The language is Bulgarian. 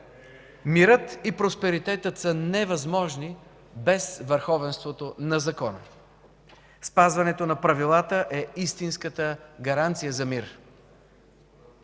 Мирът и просперитетът са невъзможни без върховенството на закона. Спазването на правилата е истинската гаранция за мир.